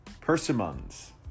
Persimmons